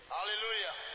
Hallelujah